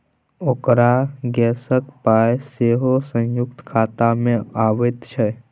ओकर गैसक पाय सेहो संयुक्ते खातामे अबैत छै